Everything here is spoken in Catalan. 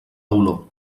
olor